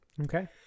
Okay